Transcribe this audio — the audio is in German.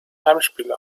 heimspiele